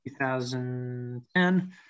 2010